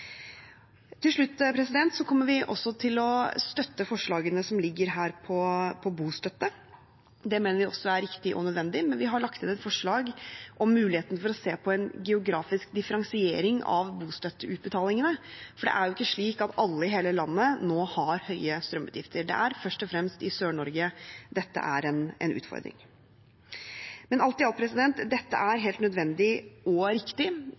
Til slutt: Vi kommer også til å støtte forslagene til bostøtte som ligger her. Det mener vi er riktig og nødvendig. Men vi har lagt inn et forslag om muligheten for å se på en geografisk differensiering av bostøtteutbetalingene, for det er jo ikke slik at alle i hele landet nå har høye strømutgifter. Det er først og fremst i Sør-Norge dette er en utfordring. Alt i alt: Dette er helt nødvendig og riktig.